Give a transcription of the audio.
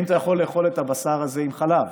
האם אתה יכול לאכול את הבשר הזה עם חלב,